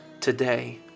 today